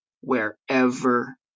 wherever